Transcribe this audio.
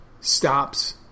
stops